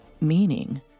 meaning